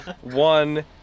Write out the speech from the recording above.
one